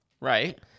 Right